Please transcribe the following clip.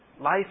Life